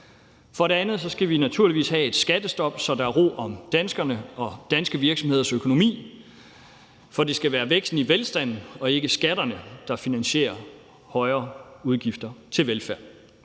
For det andet skal vi naturligvis have et skattestop, så der er ro om danskernes og danske virksomheders økonomi, for det skal være væksten i velstanden og ikke skatterne, der finansierer højere udgifter til velfærd.